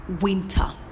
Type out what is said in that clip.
winter